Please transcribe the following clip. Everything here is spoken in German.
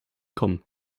kommen